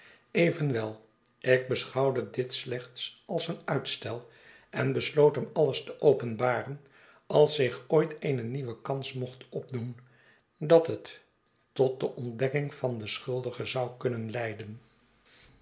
evenwel ik beschouwde dit slechts als een uitstel en besloot hem alles te openbaren als zich ooit eene nieuwe kans mocht opdoen dat het tot de ontdekking van den schuldige zou kunnen leiden